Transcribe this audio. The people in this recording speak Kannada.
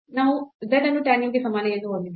ನಾವು z ಅನ್ನು tan u ಗೆ ಸಮಾನ ಎಂದು ಹೊಂದಿದ್ದೇವೆ